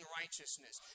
righteousness